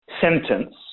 sentence